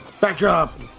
Backdrop